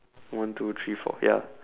one two three four ya